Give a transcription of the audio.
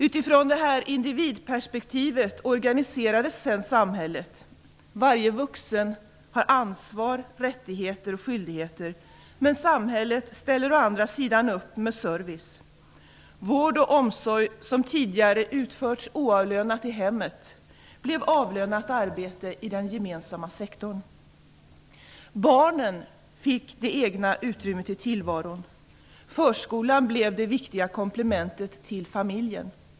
Utifrån detta individperspektiv organiserades sedan samhället. Varje vuxen har ansvar, rättigheter och skyldigheter. Men samhället ställer å andra sidan upp med service. Vård och omsorg som tidigare utförts oavlönat i hemmet, blev avlönat arbete i den gemensamma sektorn. Barnen fick sitt eget utrymme i tillvaron, förskolan blev det viktiga komplementet till familjen.